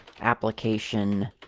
application